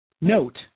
note